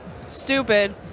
Stupid